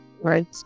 Right